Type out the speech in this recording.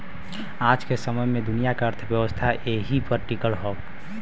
आज के समय मे दुनिया के अर्थव्यवस्था एही पर टीकल हौ